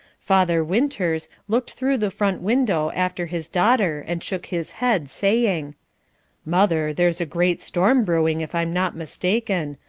father winters looked through the front window after his daughter, and shook his head, saying mother, there's a great storm brewing, if i'm not mistaken.